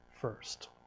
first